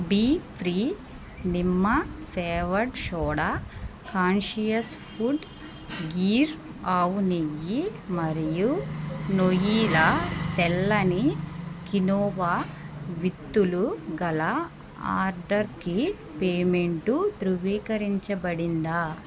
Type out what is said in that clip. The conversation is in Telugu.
బీ ఫ్రీ నిమ్మ flavoured soda conscious food Gir ఆవు నెయ్యి మరియు వొయీలా తెల్లని కినోవా విత్తులు గల ఆర్డర్కి పేమెంటు ధృవీకరించబడిందా